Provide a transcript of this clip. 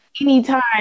anytime